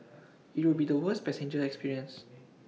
IT would be the worst passenger experience